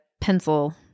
pencil